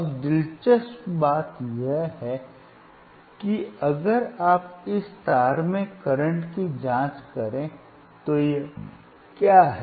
अब दिलचस्प बात यह है कि अगर आप इस तार में करंट की जांच करें तो यह क्या है